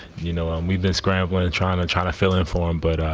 you know um we describe what and china china fill in in for him, but